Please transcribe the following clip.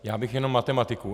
Já bych jenom matematiku.